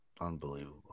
Unbelievable